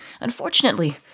Unfortunately